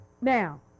Now